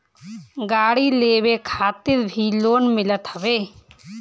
गाड़ी लेवे खातिर भी लोन मिलत हवे